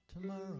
tomorrow